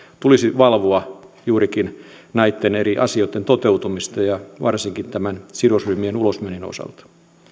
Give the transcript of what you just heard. tulisi valvoa juurikin näitten eri asioitten toteutumista ja varsinkin sidosryhmien ulosmyynnin osalta